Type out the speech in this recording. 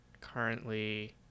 Currently